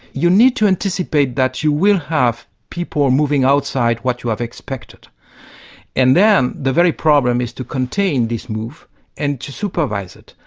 you need to anticipate that you will have people and moving outside what you have expected and then the very problem is to contain this move and to supervise it.